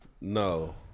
No